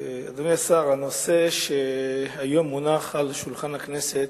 אדוני השר, הנושא שהיום מונח על שולחן הכנסת,